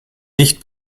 dicht